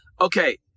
Okay